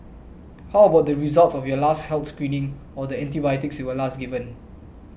how about the results of your last health screening or the antibiotics you were last given